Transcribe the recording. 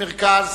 מרכז